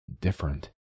different